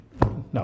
No